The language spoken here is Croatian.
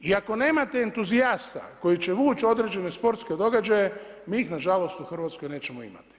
I ako nemate entuzijasta koji će vući određene sportske događaje, mi ih na žalost u Hrvatskoj nećemo imati.